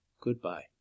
Goodbye